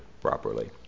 properly